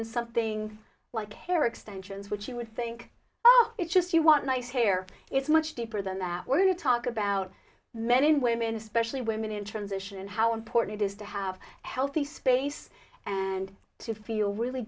important something like hair extensions which you would think oh it's just you want nice hair it's much deeper than that we're going to talk about men and women especially women in transition and how important it is to have healthy space and to feel really